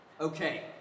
Okay